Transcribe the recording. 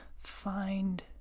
find